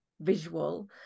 visual